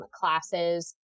classes